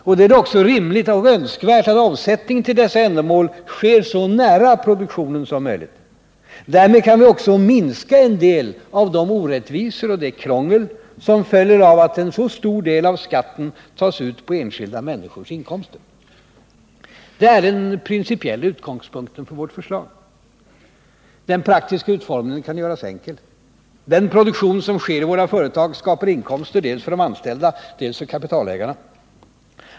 Och då är det också rimligt och önskvärt att avsättningen till dessa ändamål sker så nära produktionen som möjligt. Därmed kan vi också minska en del av de orättvisor och det krångel som följer av att en så stor del av skatten tas ut på enskilda människors inkomster. Detta är den principiella utgångspunkten för vårt förslag. Den praktiska utformningen kan göras enkel, Den produktion som sker i våra företag skapar inkomster dels för de anställda, dels för kapitalägarna.